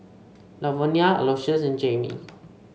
Lavonia Aloysius and Jaimee